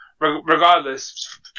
Regardless